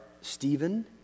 Stephen